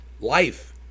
life